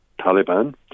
taliban